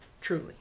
truly